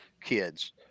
kids